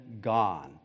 gone